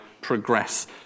progress